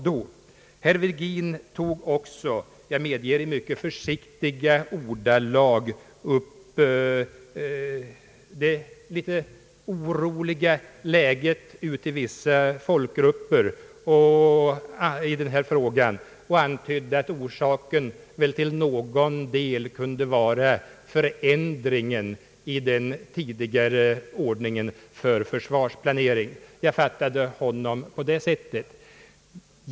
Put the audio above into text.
Herr Virgin tog också upp — jag medger att det skedde i mycket försiktiga ordalag — det litet oroliga läget i vissa folkgrupper i försvarsfrågan och antydde att orsaken till någon del kunde vara förändringen i ordningen för försvarsplaneringen. Jag fattade honom på det sättet.